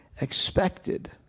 expected